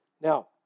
Now